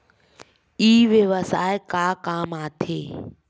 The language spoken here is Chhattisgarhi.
ई व्यवसाय का काम आथे?